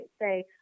say